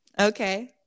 Okay